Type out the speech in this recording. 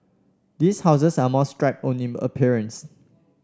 these houses are more stripped own in appearance